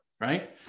right